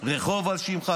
רחוב על שמך.